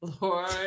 Lord